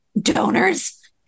donors